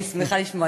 אני שמחה לשמוע.